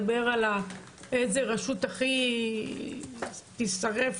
אני לא רוצה לדבר על הרשות שחלילה הכי בסכנה לשריפה,